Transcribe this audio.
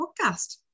Podcast